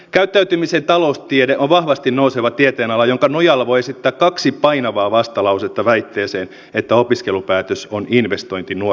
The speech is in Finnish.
käyttäytymisen taloustiede on vahvasti nouseva tieteenala jonka nojalla voi esittää kaksi painavaa vastalausetta väitteeseen että opiskelupäätös on investointi nuoren tulevaisuuteen